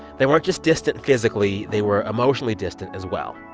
they weren't just distant physically they were emotionally distant as well.